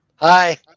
Hi